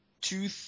two